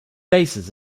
bases